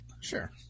Sure